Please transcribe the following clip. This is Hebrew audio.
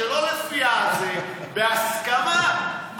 בהסכמה,